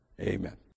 Amen